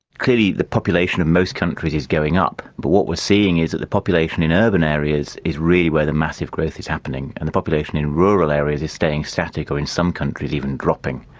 clearly the population of most countries is going up, but what we're seeing is that the population in urban areas is really where the massive growth is happening and the population in rural areas is staying static or in some countries, even dropping.